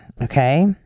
okay